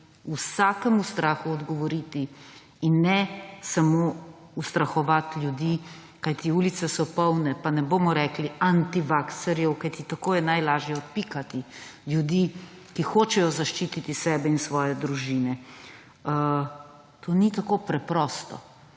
vsakemu strahu odgovoriti in ne samo ustrahovati ljudi. Ulice so polne, pa ne bomo rekli antivakserjev, kajti tako je najlažje odpikati ljudi, ki hočejo zaščititi sebe in svoje družine. To ni tako preprosto.